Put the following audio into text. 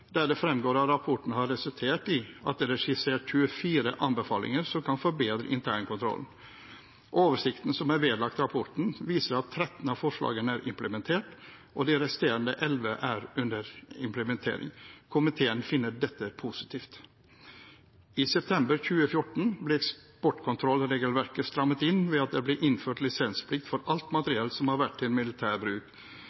der det fremgår at rapporten har resultert i at det er skissert 24 anbefalinger som kan forbedre internkontrollen. Oversikten som er vedlagt rapporten, viser at 13 av forslagene er implementert, og de resterende 11 er under implementering. Komiteen finner dette positivt. I september 2014 ble eksportkontrollregelverket strammet inn ved at det ble innført lisensplikt for alt